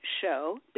show